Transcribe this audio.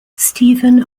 stephen